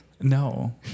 No